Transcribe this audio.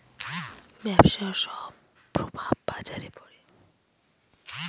ব্যবসার সব প্রভাব বাজারে পড়ে